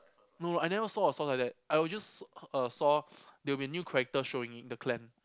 no I never saw a source like that I will just uh saw there will be character showing in the clan